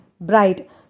bright